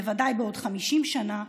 בוודאי בעוד 50 שנה,